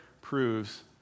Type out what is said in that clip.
Proves